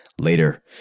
later